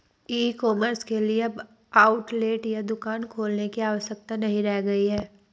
ई commerce के लिए अब आउटलेट या दुकान खोलने की आवश्यकता नहीं रह गई है